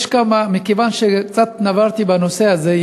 מכיוון שקצת נברתי בנושא הזה,